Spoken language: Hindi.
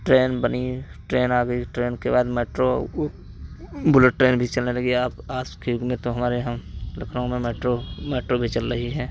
ट्रेन बनी ट्रेन आ गई ट्रेन के बाद मेट्रो बुलेट ट्रेन भी चलने लगी आप आज के युग में तो हमारे यहाँ लखनऊ लखनऊ में मेट्रो मेट्रो भी चल रही है